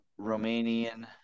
Romanian